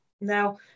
Now